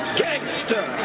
gangster